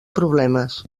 problemes